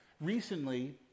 Recently